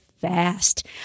fast